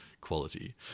quality